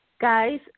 guys